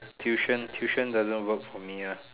tuition tuition doesn't work for me ah